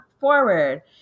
forward